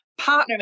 partnering